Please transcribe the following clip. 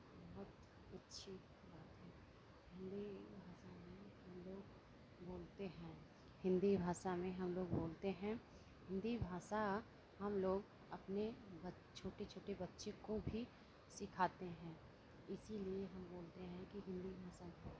बहुत अच्छी बात है हिन्दी भाषा में हम लोग बोलते हैं हिन्दी भाषा में हम लोग बोलते हैं हिन्दी भाषा हम लोग अपने छोटे छोटे बच्चे को भी सिखाते हैं इसीलिए हम बोलते हैं कि हिन्दी भाषा को